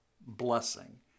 blessing